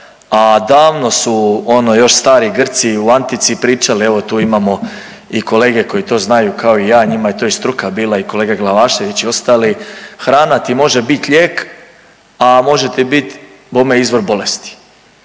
a davno su ono još stari Grci u antici pričali evo tu imamo i kolege koji to znaju kao i ja, njima je to i struka bila i kolega Glavašević i ostali, hrana ti može biti lijek, a može ti bit bome izvor bolesti.